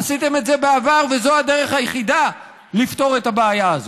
עשיתם את זה בעבר וזו הדרך היחידה לפתור את הבעיה הזאת.